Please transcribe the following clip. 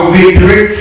victory